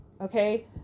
Okay